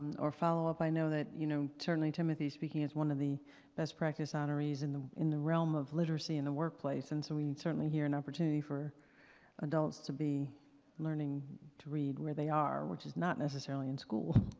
or follow-up? i know that, you know, certainly timothy is speaking as one of the best practice honorees in the in the realm of literacy in a workplace. and so, we certainly hear an opportunity for adults to be learning to read where they are, which is not necessary in school.